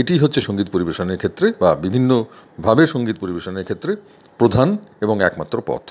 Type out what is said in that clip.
এটিই হচ্ছে সঙ্গীত পরিবেশনের ক্ষেত্রে বা বিভিন্নভাবে সঙ্গীত পরিবেশনের ক্ষেত্রে প্রধান এবং একমাত্র পথ